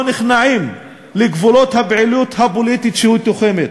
נכנעים לגבולות הפעילות הפוליטית שהיא תוחמת,